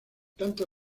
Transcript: tanto